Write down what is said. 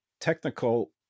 technical